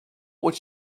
would